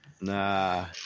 Nah